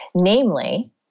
Namely